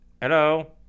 Hello